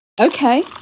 Okay